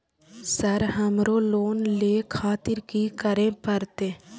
Sir हमरो loan ले खातिर की करें परतें?